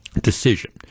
decision